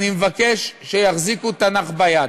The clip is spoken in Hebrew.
אני מבקש שיחזיקו תנ"ך ביד.